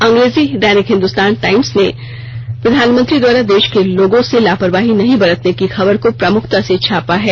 अंग्रेजी दैनिक हिंदुस्तान टाइम्स ने प्रधानमंत्री द्वारा देश के लोगों से लापरवाही नहीं बरतने की खबर को प्रमुखता से छापा है